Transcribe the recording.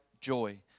joy